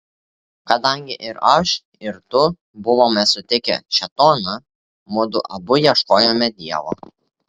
kadangi ir aš ir tu buvome sutikę šėtoną mudu abu ieškojome dievo